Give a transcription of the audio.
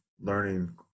Learning